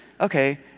okay